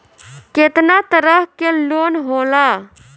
केतना तरह के लोन होला?